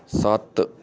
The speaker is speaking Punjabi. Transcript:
ਸੱਤ